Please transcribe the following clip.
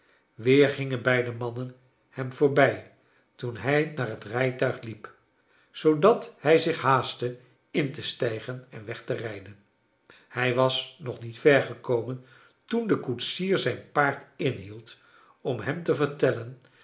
weer gingen beide mannen hem voorbij teen hij naar het rijtuig liep zoodat hij zich haastte in te stijgen en weg te rijden hij was nog niet ver gekomen toen de koetsier zijn paard inhield om hem te vertellen